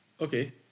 Okay